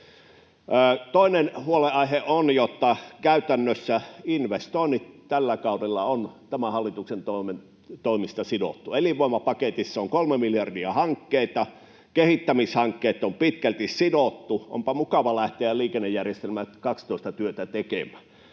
Toinen huolenaihe on, että käytännössä investoinnit tällä kaudella on tämän hallituksen toimesta sidottu. Elinvoimapaketissa on kolme miljardia hankkeita, kehittämishankkeet on pitkälti sidottu. Onpa mukava lähteä Liikennejärjestelmä 12 -työtä tekemään.